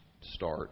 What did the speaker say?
start